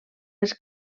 les